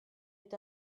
est